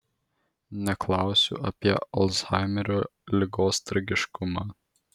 neklausiu apie alzhaimerio ligos tragiškumą